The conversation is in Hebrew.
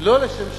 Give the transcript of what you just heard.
לא לשם שמים,